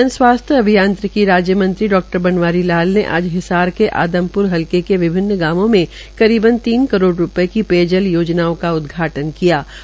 जन स्वास्थ्य अभियांत्रिकी राज्य मंत्री डॉ बनवारी लाल ने आज हिसार के आदमप्र हलके के विभिन्न गांवों में करीब तीन करोड़ रूपये की पेयजल योनजाओं का उदघाटन किा